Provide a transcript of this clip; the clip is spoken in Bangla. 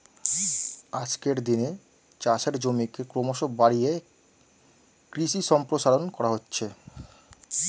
আজকের দিনে চাষের জমিকে ক্রমশ বাড়িয়ে কৃষি সম্প্রসারণ করা হচ্ছে